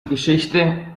geschichte